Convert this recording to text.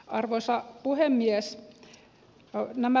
arvoisa puhemies